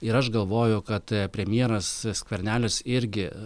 ir aš galvoju kad premjeras skvernelis irgi